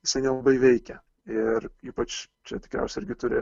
jisai nelabai veikia ir ypač čia tikriausiai irgi turi